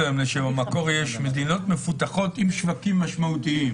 במקור יש "מדינות מפותחות עם שווקים משמעותיים".